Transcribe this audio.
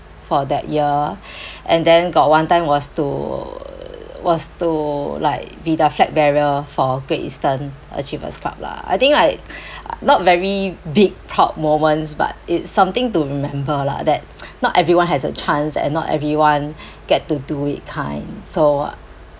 for that year and then got one time was to was to like be the flag bearer for Great Eastern achievers club lah I think I not very big proud moments but it's something to remember lah that not everyone has a chance and not everyone get to do it kind so uh